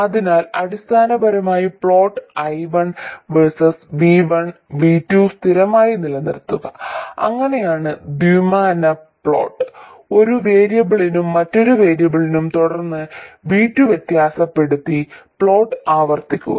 അതിനാൽ അടിസ്ഥാനപരമായി plot I1 versus V1 V2 സ്ഥിരമായി നിലനിർത്തുക അങ്ങനെയാണ് ദ്വിമാന പ്ലോട്ട് ഒരു വേരിയബിളും മറ്റൊരു വേരിയബിളും തുടർന്ന് V2 വ്യത്യാസപ്പെടുത്തി പ്ലോട്ട് ആവർത്തിക്കുക